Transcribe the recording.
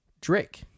Drake